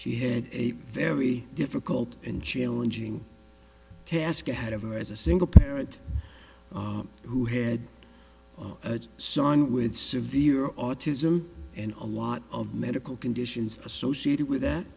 she had a very difficult and challenging task ahead of her as a single parent who had a son with severe autism and a lot of medical conditions associated with that